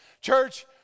Church